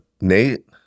Nate